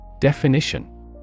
Definition